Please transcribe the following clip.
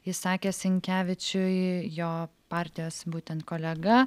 išsakė sinkevičiui jo partijos būtent kolega